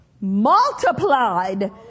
multiplied